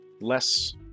less